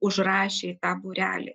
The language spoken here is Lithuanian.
užrašė į tą būrelį